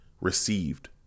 received